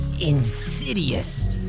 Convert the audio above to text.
insidious